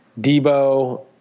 Debo